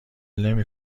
نمی